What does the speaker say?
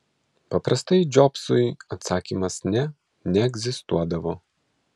paprastai džobsui atsakymas ne neegzistuodavo